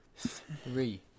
Three